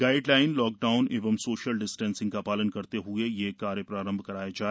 guide line lockdown एवं social distancing का पालन करते हए यह कार्य प्रारंभ कराया जाए